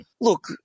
Look